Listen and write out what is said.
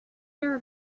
are